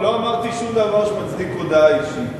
לא אמרתי שום דבר שמצדיק הודעה אישית.